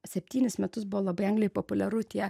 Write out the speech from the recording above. septynis metus buvo labai anglijoj populiaru tie